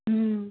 ம்